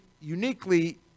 uniquely